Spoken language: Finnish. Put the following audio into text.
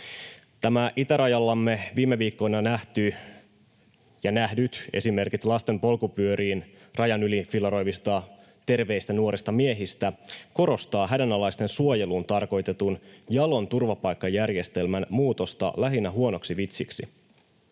Itärajallamme viime viikkoina nähdyt esimerkit lasten polkupyörin rajan yli fillaroivista terveistä nuorista miehistä korostavat hädänalaisten suojeluun tarkoitetun jalon turvapaikkajärjestelmän muutosta lähinnä huonoksi vitsiksi.